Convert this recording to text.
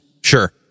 Sure